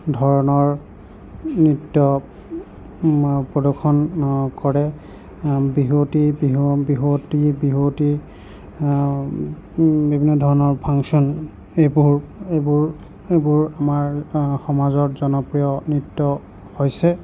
ধৰণৰ নৃত্য প্ৰদৰ্শন কৰে বিহুৱতী বিহু বিহুৱতী বিহুৱতী বিভিন্ন ধৰণৰ ফাংচন এইবোৰ এইবোৰ এইবোৰ আমাৰ সমাজত জনপ্ৰিয় নৃত্য হৈছে